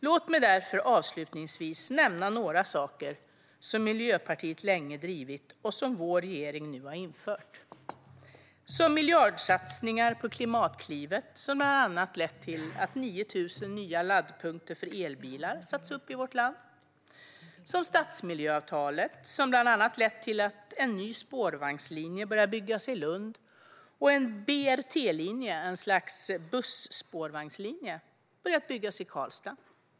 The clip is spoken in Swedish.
Låt mig därför avslutningsvis nämna några saker som Miljöpartiet länge drivit och som vår regering nu har infört. Vi har gjort miljardsatsningar på Klimatklivet som bland annat har lett till att 9 000 nya laddpunkter för elbilar har satts upp i vårt land. Vi har infört stadsmiljöavtalet som bland annat har lett till att en ny spårvagnslinje har börjat byggas i Lund och att en BRT-linje, ett slags busspårvagnslinje, har börjat byggas i Karlstad.